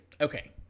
Okay